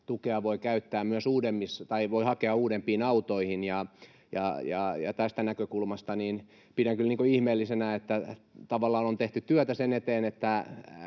tukea voi hakea myös uudempiin autoihin. Tästä näkökulmasta pidän kyllä ihmeellisenä, että tavallaan on tehty työtä sen eteen,